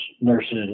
nurses